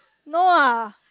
no ah